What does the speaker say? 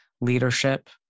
leadership